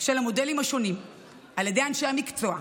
של המודלים השונים על ידי אנשי המקצוע,